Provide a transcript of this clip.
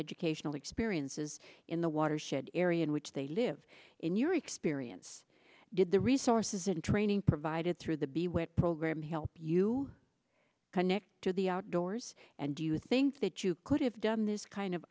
educational experiences in the watershed area in which they live in your experience did the resources and training provided through the be what program help you connect to the outdoors and do you think that you could have done this kind of